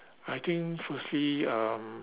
I think firstly uh